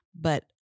But-